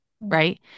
right